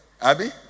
Abby